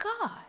God